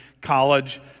College